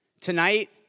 tonight